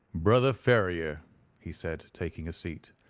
brother ferrier he said, taking a seat,